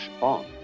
on